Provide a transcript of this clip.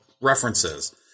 references